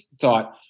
thought